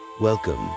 Welcome